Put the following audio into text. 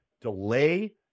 delay